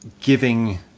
giving